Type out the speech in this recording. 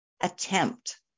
attempt